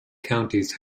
counties